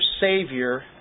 Savior